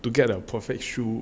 to get the perfect shoe